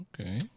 okay